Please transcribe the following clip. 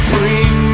Bring